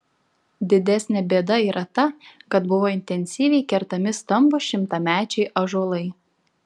didesnė bėda yra ta kad buvo intensyviai kertami stambūs šimtamečiai ąžuolai